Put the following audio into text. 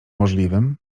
możliwym